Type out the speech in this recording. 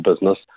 business